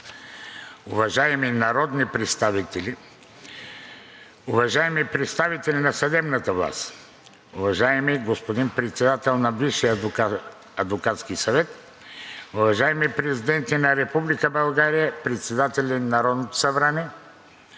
уважаеми народни представители, уважаеми представители на съдебната власт, уважаеми господин Председател на Висшия адвокатски съвет, уважаеми президенти на Република България, председатели на Народното събрание,